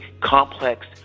complex